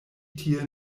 tie